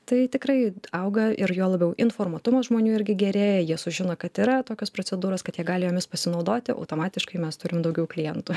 tai tikrai auga ir juo labiau informuotumas žmonių irgi gerėja jie sužino kad yra tokios procedūros kad jie gali jomis pasinaudoti automatiškai mes turim daugiau klientų